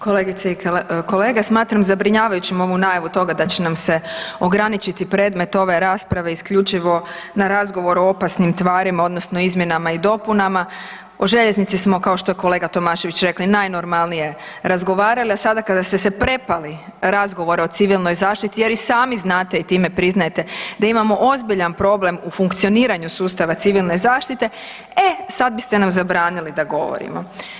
Kolegice i kolege, smatram zabrinjavajućim ovu najavu toga da će nam se ograničiti predmet ove rasprave isključivo na razgovor o opasnim tvarima odnosno izmjenama i dopunama O željeznici smo, kao što je kolega Tomašević rekli, najnormalnije razgovarali, a sada kada ste se prepali razgovora o civilnoj zaštiti, jer i sami znate i time priznajete, da imamo ozbiljan problem u funkcioniranju sustava civilne zaštite, e sad biste nam zabranili da govorimo.